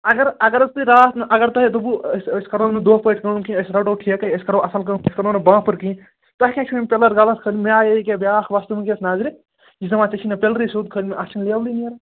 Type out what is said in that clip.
اگر اگر حظ تُہۍ راتھ اگر تۄہہِ دوٚپُو أسۍ أسۍ کرو نہٕ دۄہ پٲٹھۍ کٲم کیٚنٛہہ أسۍ رَٹو ٹھیکٕے أسۍ کرو اَصٕل کٲم أسۍ کرو نہٕ بانٛبٕر کِہیٖنٛۍ تۄہہِ کیٛازِ چھُو یِم پِلَر غلط کھالمٕتۍ مےٚ آیے یِکیٛاہ بیٛاکھ وۅستہٕ وُنکیٚس نظرِ یہِ چھِ دپان ژےٚ چھِی نہٕ پِلرٕے سیٚود کھالمٕتۍ اَتھ چھِنہٕ لیولٕے نیران